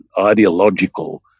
ideological